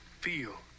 Feel